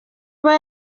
aba